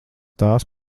tās